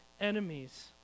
enemies